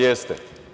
Jeste.